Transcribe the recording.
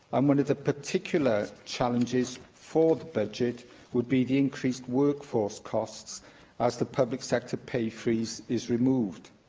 um one of the particular challenges for the budget would be the increased workforce costs as the public sector pay freeze is removed.